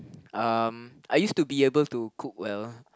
um I used to be able to cook well